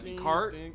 cart